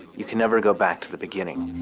you can never go back to the beginning.